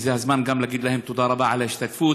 וזה הזמן גם להגיד להם תודה רבה על ההשתתפות.